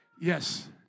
Yes